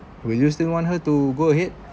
will you still want her to go ahead